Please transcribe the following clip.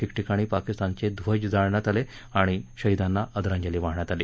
ठिकठिकाणी पाकिस्तानचे ध्वज जाळण्यात आले आणि शहिदांना आदरांजली वाहण्यात आली